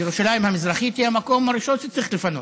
ירושלים המזרחית היא המקום הראשון שצריך לפנות.